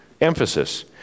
emphasis